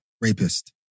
rapist